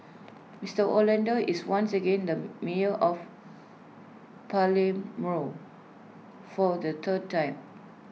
Mister Orlando is once again the mayor of for the third time